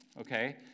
okay